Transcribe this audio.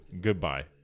goodbye